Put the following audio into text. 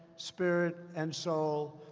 spirit, and soul.